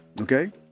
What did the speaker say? okay